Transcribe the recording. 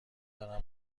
دارم